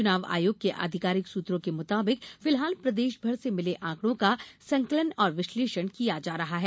चुनाव आयोग के आधिकारिक सूत्रों के मुताबिक फिलहाल प्रदेशभर से मिले आंकड़ों का संकलन और विश्लेषण किया जा रहा है